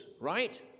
right